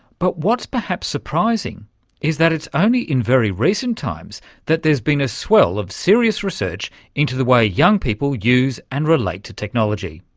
but what's perhaps surprising is that it's only in very recent times that there's been a swell of serious research into the way young people use and relate to technology.